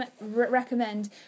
recommend